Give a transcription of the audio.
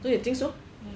don't you think so